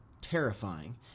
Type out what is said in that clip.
terrifying